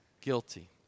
guilty